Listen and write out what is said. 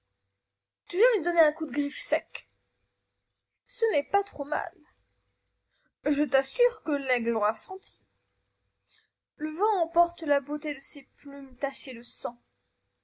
tu viens de lui donner un coup de griffe sec ce n'est pas trop mal je t'assure que l'aigle l'aura senti le vent emporte la beauté de ses plumes tachées de sang